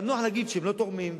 אבל נוח להגיד שהם לא תורמים.